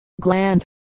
gland